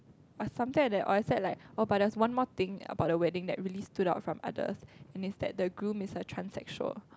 or something like that or except like oh but there was one more thing about the wedding that really stood out from others and it's that the groom is a transsexual